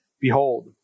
behold